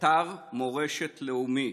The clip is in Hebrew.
כאתר מורשת לאומי.